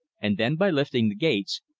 and then, by lifting the gates,